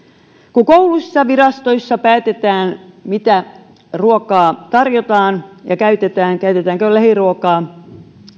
kun kouluissa ja virastoissa päätetään mitä ruokaa tarjotaan ja käytetään käytetäänkö lähiruokaa